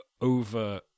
over